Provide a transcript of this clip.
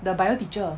the bio teacher